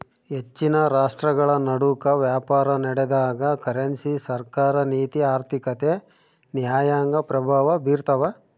ಹೆಚ್ಚಿನ ರಾಷ್ಟ್ರಗಳನಡುಕ ವ್ಯಾಪಾರನಡೆದಾಗ ಕರೆನ್ಸಿ ಸರ್ಕಾರ ನೀತಿ ಆರ್ಥಿಕತೆ ನ್ಯಾಯಾಂಗ ಪ್ರಭಾವ ಬೀರ್ತವ